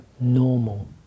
normal